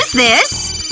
this?